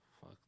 Fuck